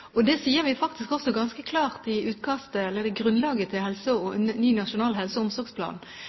Det sier vi faktisk også ganske klart i grunnlaget til en ny nasjonal helse- og omsorgsplan